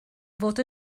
fod